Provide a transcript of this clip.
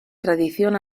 tradición